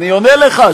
אני עונה לך.